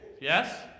Yes